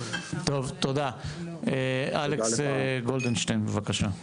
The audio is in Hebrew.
תודה, אלכס גולדשטיין, בבקשה.